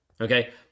Okay